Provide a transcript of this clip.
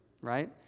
right